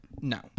No